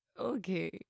okay